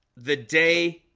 the day